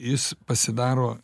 jis pasidaro